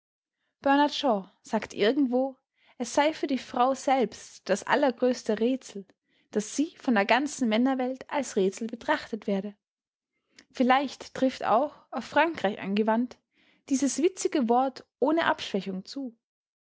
bernard shaw sagt irgendwo es sei für die frau selbst das allergrößte rätsel daß sie von der ganzen männerwelt als rätsel betrachtet werde vielleicht trifft auch auf frankreich angewandt dieses witzige wort ohne abschwächung zu